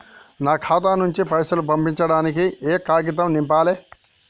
నా ఖాతా నుంచి పైసలు పంపించడానికి ఏ కాగితం నింపాలే?